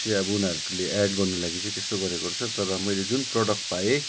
चाहिँ अब उनीहरूले चाहिँ एड गर्नुको लागि चाहिँ त्यस्तो गरेको रहेछ तर मैले जुन प्रडक्ट पाएँ